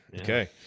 Okay